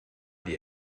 die